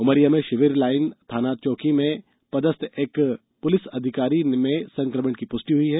उमरिया में शिविर लाईन थाना चौकी में पदस्थ एक पुलिस अधिकारी में संक्रमण की पुष्टि हुई है